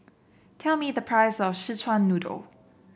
tell me the price of Szechuan Noodle